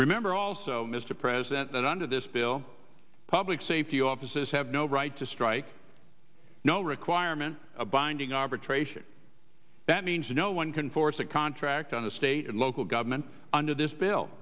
remember also mr president that under this bill public safety offices have no right to strike no requirement a binding arbitration that means no one can force a contract on the state and local government under this bill